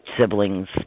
siblings